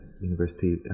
university